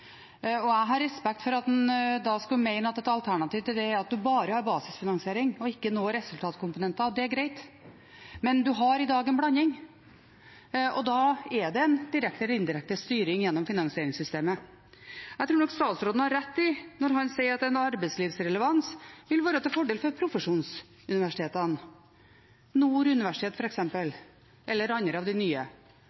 Jeg har respekt for at en mener at et alternativ til det er at en bare har basisfinansiering og ingen resultatkomponenter. Det er greit, men en har i dag en blanding, og da er det en direkte eller indirekte styring gjennom finansieringssystemet. Jeg tror nok statsråden har rett når han sier at arbeidslivsrelevans vil være til fordel for profesjonsuniversitetene, f.eks. Nord universitet